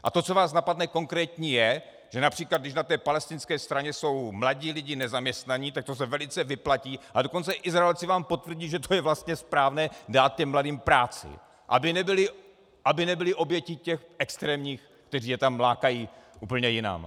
A to, co vás napadne konkrétní, je, že například když na palestinské straně jsou mladí lidé nezaměstnaní, se velice vyplatí, a dokonce Izraelci vám potvrdí, že to je vlastně správné, dát těm mladým práci, aby nebyli obětí těch extremistů, kteří je tam lákají úplně jinam.